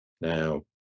Now